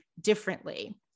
differently